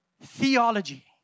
Theology